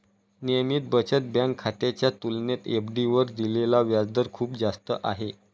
नियमित बचत बँक खात्याच्या तुलनेत एफ.डी वर दिलेला व्याजदर खूप जास्त आहे